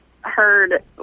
heard